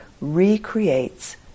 recreates